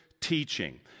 teaching